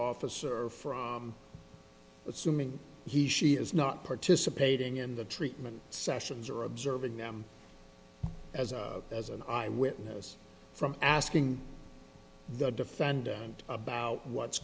assuming he she is not participating in the treatment sessions or observing them as a as an eye witness from asking the defendant about what's